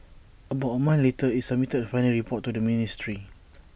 about A month later IT submitted A final report to the ministry